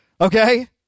okay